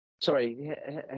Sorry